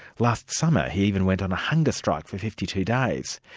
last summer he even went on a hunger strike for fifty two days,